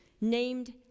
named